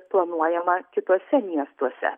planuojama kituose miestuose